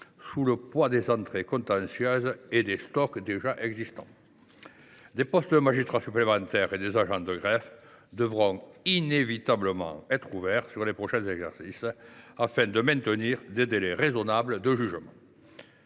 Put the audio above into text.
sous le poids des entrées contentieuses et des stocks déjà existants. Des postes supplémentaires de magistrats et des agents de greffe devront inévitablement être ouverts lors des prochains exercices afin de maintenir des délais de jugement